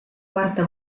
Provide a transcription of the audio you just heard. quarta